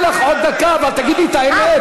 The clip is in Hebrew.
אני אגדיל לך עוד דקה, אבל תגידי את האמת.